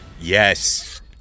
yes